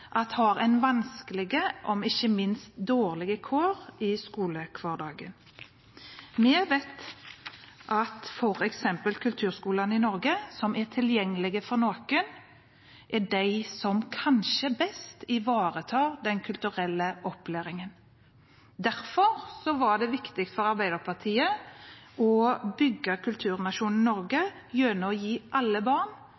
har vanskelige – og ikke minst dårlige – kår i skolehverdagen. Vi vet at f.eks. kulturskolene i Norge, som er tilgjengelige for noen, er de som kanskje best ivaretar den kulturelle opplæringen. Derfor var det viktig for Arbeiderpartiet å bygge kulturnasjonen Norge gjennom å gi alle barn